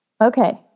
Okay